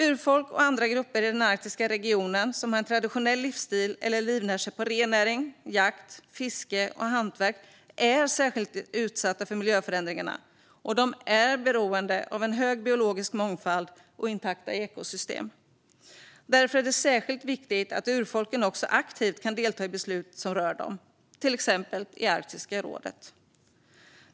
Urfolk och andra grupper i den arktiska regionen som har en traditionell livsstil eller som livnär sig på rennäring, jakt, fiske och hantverk är särskilt utsatta för miljöförändringar, och de är beroende av en hög biologisk mångfald och intakta ekosystem. Därför är det särskilt viktigt att urfolken också aktivt kan delta i beslut som rör dem, till exempel i Arktiska rådet.